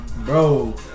Bro